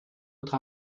votre